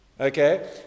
Okay